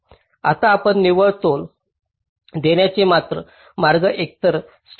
आता आपण निव्वळ तोल देण्याचे मार्ग एकतर स्टॅटिकली किंवा डायनॅमिकलली केले जाऊ शकते